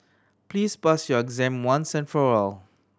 please pass your exam once and for all